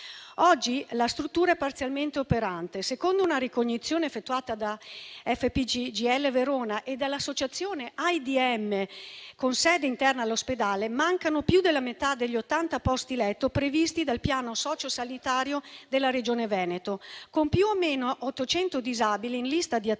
Oggi la struttura è parzialmente operante. Secondo una ricognizione effettuata da FP CGIL Verona e dall'Associazione interregionale disabili motori (AIDM), con sede interna all'ospedale, mancano più della metà degli 80 posti letto previsti dal piano socio-sanitario della Regione Veneto, con più o meno 800 disabili in lista di attesa che